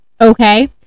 Okay